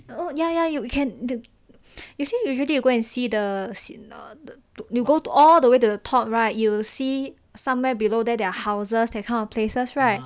oh ya ya you can usually usually you go and see the the you go all the way to the top right you see somewhere below that their houses that kind of places right